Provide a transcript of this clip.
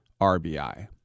rbi